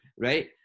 right